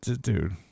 dude